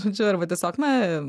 žodžiu arba tiesiog na